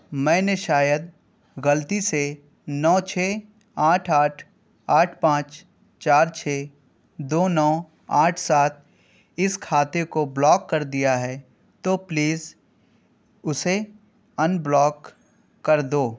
میں نے شاید غلطی سے نو چھ آٹھ آٹھ آٹھ پانچ چار چھ دو نو آٹھ سات اس کھاتے کو بلاک کر دیا ہے تو پلیز اسے ان بلاک کر دو